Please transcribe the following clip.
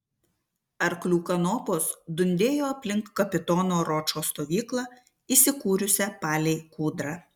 arklių kanopos dundėjo aplink kapitono ročo stovyklą įsikūrusią palei kūdrą